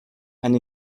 and